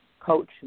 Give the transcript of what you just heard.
coach